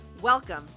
Welcome